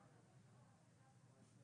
העניין הוא למה לא להוסיף